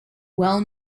well